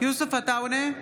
יוסף עטאונה,